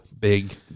big